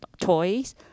toys